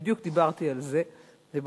בדיוק דיברתי על זה.